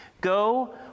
go